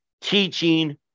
teaching